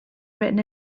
written